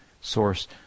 source